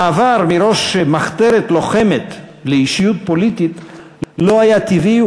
המעבר מראש מחתרת לוחמת לאישיות פוליטית לא היה טבעי,